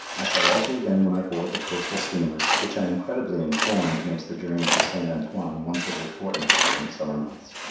i shall write you again when i board the coastal steamer, which i am credibly informed makes the journey to st. antoine once every fortnight during the summer months.